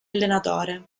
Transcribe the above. allenatore